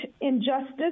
injustice